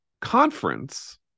conference